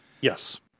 Yes